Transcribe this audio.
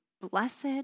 blessed